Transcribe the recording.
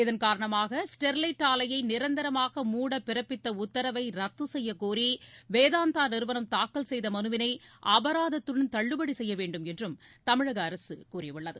இதள் காரணமாக ஸ்டெர்லைட் ஆலையை நிரந்தரமாக மூட பிறப்பித்த உத்தரவை ரத்து செய்ய கோரி வேதாந்தா நிறுவனம் தாக்கல் செய்த மலுவினை அபராததத்துடன் தள்ளுபடி செய்யவேண்டும் என்றும் தமிழக அரசு கூறியுள்ளது